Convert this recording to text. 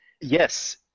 Yes